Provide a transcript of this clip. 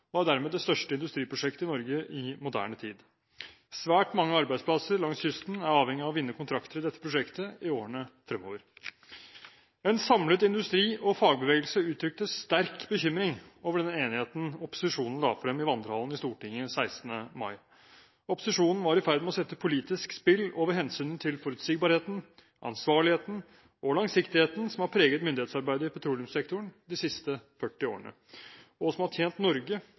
og er dermed det største industriprosjektet i Norge i moderne tid. Svært mange arbeidsplasser langs kysten er avhengig av å vinne kontrakter i dette prosjektet i årene fremover. En samlet industri og fagbevegelse uttrykte sterk bekymring over den enigheten opposisjonen la frem i vandrehallen i Stortinget 16. mai. Opposisjonen var i ferd med å sette politisk spill over hensynet til forutsigbarheten, ansvarligheten og langsiktigheten som har preget myndighetsarbeidet i petroleumssektoren de siste 40 årene, og som har tjent Norge